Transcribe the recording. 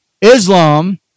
Islam